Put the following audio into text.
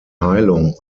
heilung